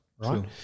right